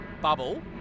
bubble